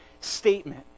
statement